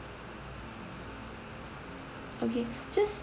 okay just